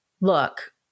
Look